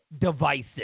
Devices